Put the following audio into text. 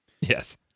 Yes